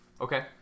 Okay